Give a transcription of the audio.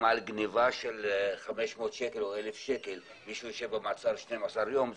אם על גניבה של 500 שקלים או 1,000 שקלים מישהו ישב במעצר 12 ימים,